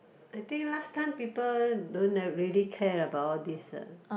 I think last time people don't uh really care about all these ah